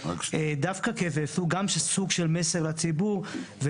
כסוג של מסר לציבור,